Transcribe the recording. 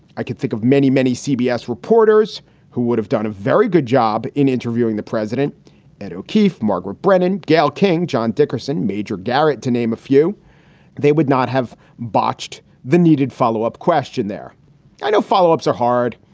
i can think of many, many cbs reporters who would have done a very good job in interviewing the president and o'keefe. margaret brennan, gayle king, john dickerson, major garrett, to name a few they would not have botched the needed follow up question. there are no follow ups are hard.